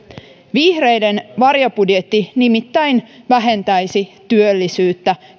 vihreiden varjobudjetti nimittäin vähentäisi työllisyyttä